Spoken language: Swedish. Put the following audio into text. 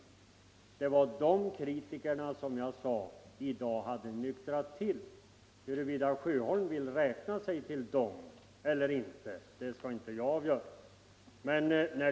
Det var om de kritikerna jag i dag sade att de hade nyktrat till. Huruvida herr Sjöholm vill räkna sig till dem eller inte kan inte jag avgöra.